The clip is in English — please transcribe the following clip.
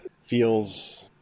feels